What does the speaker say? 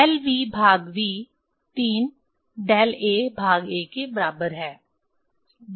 del v भाग v 3 del a भाग a के बराबर है